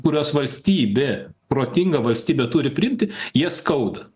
kuriuos valstybė protinga valstybė turi priimti jie skauda